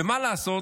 מה לעשות?